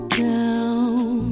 down